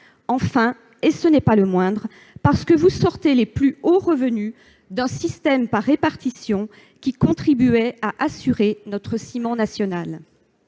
réforme est mauvaise, parce que vous sortez les plus hauts revenus d'un système par répartition qui contribuait à assurer notre ciment national.